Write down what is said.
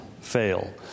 fail